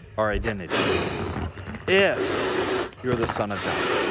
our identity if you're the son of god,